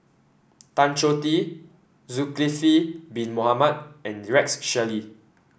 Tan Choh Tee Zulkifli Bin Mohamed and Rex Shelley